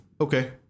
okay